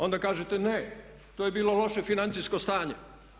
Onda kažete ne, to je bilo loše financijsko stanje.